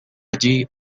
allí